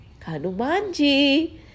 Kanumanji